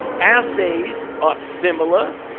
assays are similar.